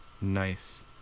Nice